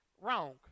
Wrong